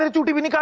and to the wind.